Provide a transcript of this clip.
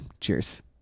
Cheers